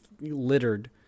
littered